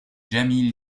jamie